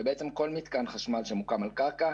ובעצם כל מתקן חשמל שמוקם על הקרקע,